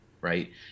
right